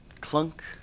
Clunk